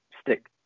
stick